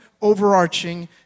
overarching